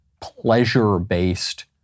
pleasure-based